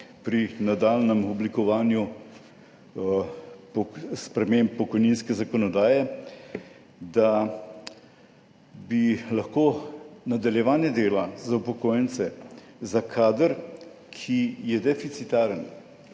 pri nadaljnjem oblikovanju sprememb pokojninske zakonodaje, da bi lahko nadaljevanje dela za upokojence, za kader, ki je deficitaren